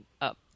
up